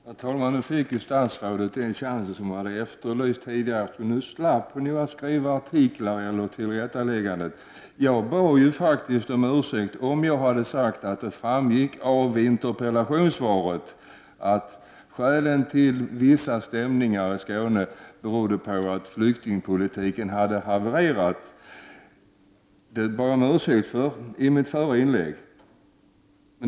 Herr talman! Nu fick statsrådet den chans som hon hade efterlyst tidigare. Nu slapp hon nämligen att skriva artiklar eller tillrättalägganden. Jag bad ju faktiskt om ursäkt om jag hade sagt att det framgick av interpellationssvaret att skälen till vissa stämningar i Skåne berodde på att flyktingpolitiken hade havererat. Jag bad alltså om ursäkt för detta i mitt förra inlägg.